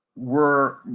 were